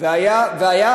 איך?